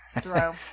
throw